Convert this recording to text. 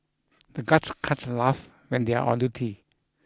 the guards can't laugh when they are on duty